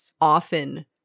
Often